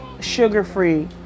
sugar-free